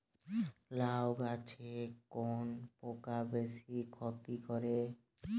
লাউ গাছে কোন পোকা বেশি ক্ষতি করে?